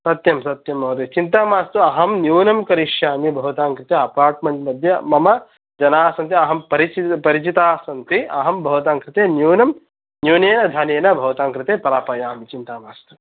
सत्यं सत्यं महोदय चिन्ता मास्तु अहं न्यूनं करिष्यामि भवतां कृते अपर्ट्मेन्ट् मध्ये मम जनाः सन्ति अहं परि परिचिताः सन्ति अहं भवतां कृते न्यूनं न्यूनेन धनेन भवतां कृते प्रापयामि चिन्ता मास्तु